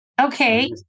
Okay